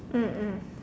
mm mm